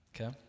Okay